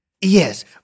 Yes